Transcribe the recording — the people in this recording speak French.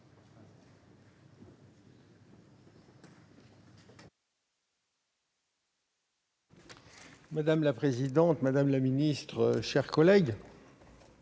Madame la présidente, madame la ministre, chers collègues,